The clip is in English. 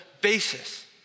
basis